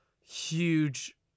huge